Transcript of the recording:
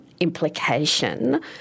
implication